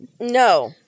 No